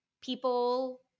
people